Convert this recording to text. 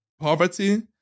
poverty